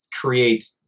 create